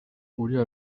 uriya